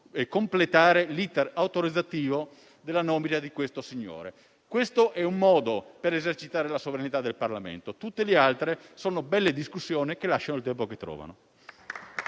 completare l'*iter* autorizzativo della nomina del signore in questione. Questo è un modo per esercitare la sovranità del Parlamento. Tutte le altre sono belle discussioni che lasciano il tempo che trovano.